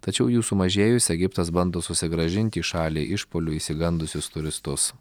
tačiau jų sumažėjus egiptas bando susigrąžint į šalį išpuolių išsigandusius turistus